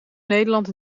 nederland